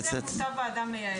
רק על המקצוע הזה מונתה ועדה מייעצת.